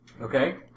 Okay